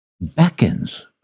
beckons